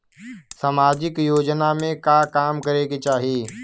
सामाजिक योजना में का काम करे के चाही?